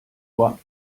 what